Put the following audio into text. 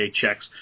checks